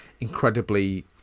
incredibly